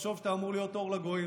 לחשוב שאתה אמור להיות אור לגויים,